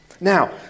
Now